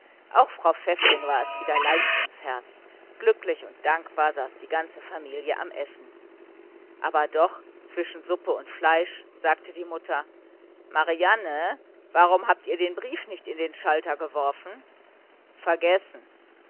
auch frau pfäffling war es wieder leicht ums herz glücklich und dankbar saß die ganze familie am essen aber doch zwischen suppe und fleisch sagte die mutter marianne warum habt ihr den brief nicht in den schalter geworfen vergessen